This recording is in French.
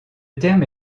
terme